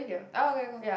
oh okay cool